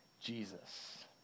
Jesus